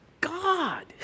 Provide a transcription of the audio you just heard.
God